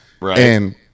right